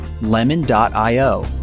Lemon.io